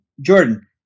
Jordan